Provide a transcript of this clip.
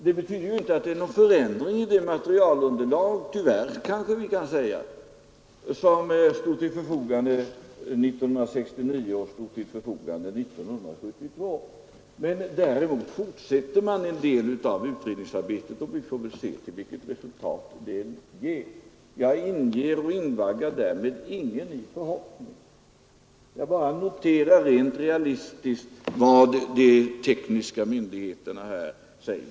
Det betyder inte att det är någon förändring i det materialunderlag — tyvärr, kanske vi kan säga — som stod till förfogande 1969 och 1972. Däremot fortsätter man med en del av utredningsarbetet, och vi får väl se vilket resultat det ger. Jag invaggar därmed ingen i någon förhoppning, jag bara noterar realistiskt vad de tekniskt sakkunniga myndigheterna säger.